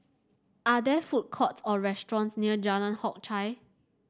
are there food courts or restaurants near Jalan Hock Chye